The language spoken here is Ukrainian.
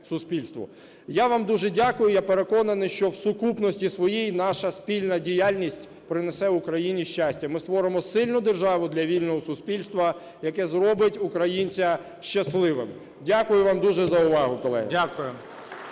Я вам дуже дякую. Я переконаний, що в сукупності своїй наша спільна діяльність принесе Україні щастя. Ми створимо сильну державу для вільного суспільства, яке зробить українця щасливим. Дякую вам дуже за увагу, колеги.